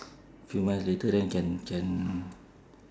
few months later then can can